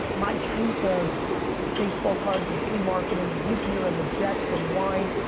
my truth of baseball cards and flea marketing and root beer and the jets and wine,